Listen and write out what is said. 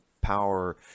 power